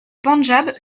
pendjab